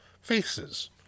faces